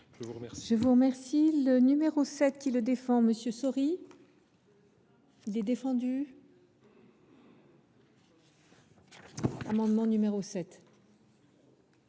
à vous remercier